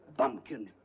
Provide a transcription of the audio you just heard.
bumpkin!